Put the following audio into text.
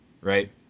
Right